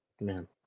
man